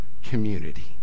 community